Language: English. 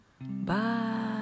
Bye